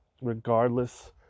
regardless